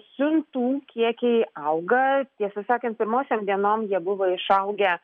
siuntų kiekiai auga tiesą sakant pirmosiom dienom jie buvo išaugę